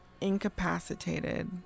incapacitated